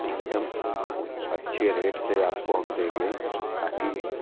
एकदम ओ अच्छे रेट से आपको हम देंगे ताकि